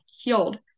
healed